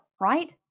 right